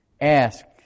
Ask